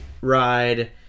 ride